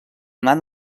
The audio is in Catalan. nan